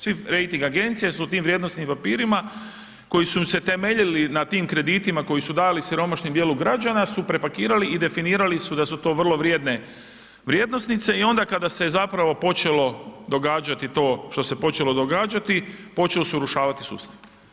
Sve rejting agencije su u tim vrijednosnim papirima koji su im se temeljili na tim kreditima koji su dali siromašnom djelu građana su prepakirali i definirali su da su vrlo vrijedne vrijednosnice i onda kada se zapravo počelo događati to što se počeli događati, počeo se urušavati sustav.